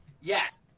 Yes